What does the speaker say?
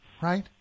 right